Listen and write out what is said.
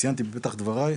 ציינתי בפתח דבריי,